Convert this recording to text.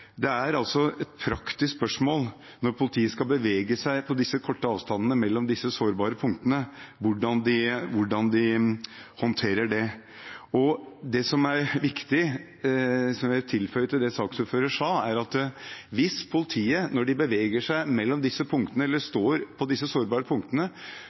er altså et praktisk spørsmål hvordan politiet håndterer det når de skal bevege seg over de korte avstandene mellom disse sårbare punktene. Det som er viktig, og som jeg vil tilføye til det saksordføreren sa, er at hvis politiet når de beveger seg mellom disse punktene eller står på disse sårbare punktene,